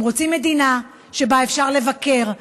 הם רוצים מדינה שבה אפשר לבקר,